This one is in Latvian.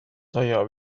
tajā